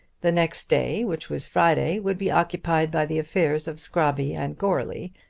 the next day, which was friday, would be occupied by the affairs of scrobby and goarly,